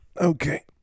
Okay